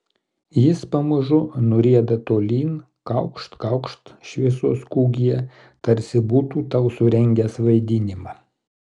jis pamažu nurieda tolyn kaukšt kaukšt šviesos kūgyje tarsi būtų tau surengęs vaidinimą